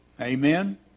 Amen